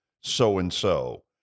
so-and-so